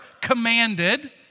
commanded